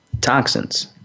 toxins